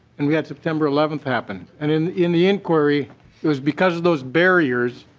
and we had september eleven happen and in in the inquiry was because those barriers